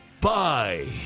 Bye